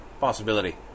possibility